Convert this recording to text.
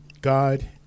God